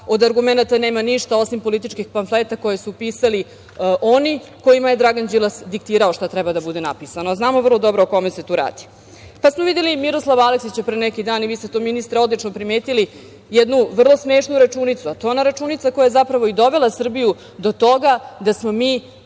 od agrumenata nema ništa osim političkih pamfleta koje su pisali oni kojima je Dragan Đilas diktirao šta treba da bude napisano, a znamo vrlo dobro o kome se tu radi. Videli smo i Miroslava Aleksića pre neki dan i vi ste to, ministre, odlično primetili, jednu vrlo smešnu računicu, a to je ona računica koja je zapravo i dovela Srbiju do toga da smo mi